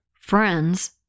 friends